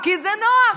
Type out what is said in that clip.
כי זה נוח.